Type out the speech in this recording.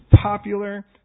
popular